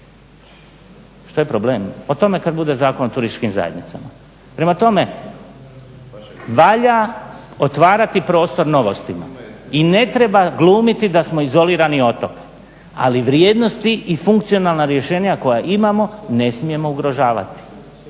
Šta je problem? O tome kada bude Zakon o turističkim zajednicama. Prema tome, valja otvarati prostor novostima i ne treba glumiti da smo izolirani otok. Ali vrijednosti i funkcionalna rješenja koja imamo ne smijemo ugrožavati